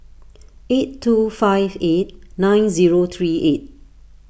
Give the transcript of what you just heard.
eight two five eight nine zero three eight